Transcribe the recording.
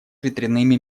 ветряными